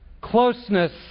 closeness